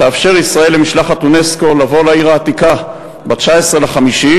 תאפשר ישראל למשלחת אונסק"ו לבוא לעיר העתיקה ב-19 במאי,